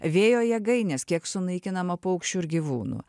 vėjo jėgainės kiek sunaikinama paukščių ir gyvūnų